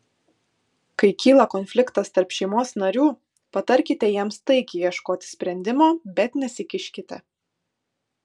kai kyla konfliktas tarp šeimos narių patarkite jiems taikiai ieškoti sprendimo bet nesikiškite